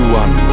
one